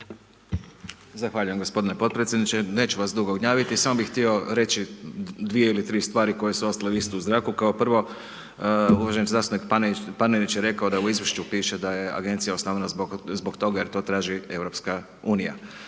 Zahvaljujem gospodine podpredsjedniče, neću vas dugo gnjaviti, samo bih htio reći dvije ili tri stvari koje su ostale visiti u zraku. Kao prvo, uvaženi zastupnik Panenić je rekao da u Izvješću piše da je agencija osnovana zbog toga jer to traži EU. Sa